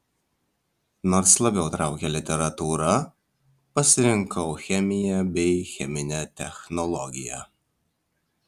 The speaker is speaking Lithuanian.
nors labiau traukė literatūra pasirinkau chemiją bei cheminę technologiją